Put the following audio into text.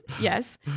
yes